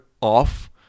off